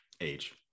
Age